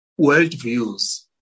worldviews